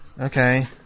Okay